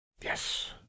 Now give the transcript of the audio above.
Yes